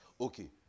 Okay